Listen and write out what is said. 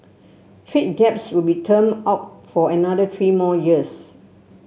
trade debts will be termed out for another three more years